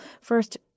First